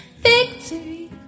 Victory